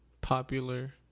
popular